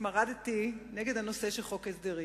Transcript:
התמרדתי נגד חוק ההסדרים.